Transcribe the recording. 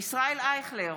ישראל אייכלר,